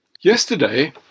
Yesterday